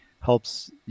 helps